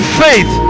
faith